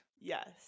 Yes